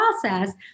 process